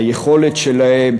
היכולת שלהם,